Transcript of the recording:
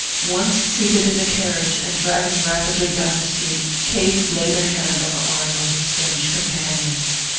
once seated in the carriage and driving rapidly down the street kate laid her hand on the arm of her strange companion.